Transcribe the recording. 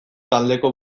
taldeko